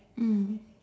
mm